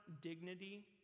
dignity